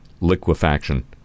liquefaction